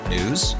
News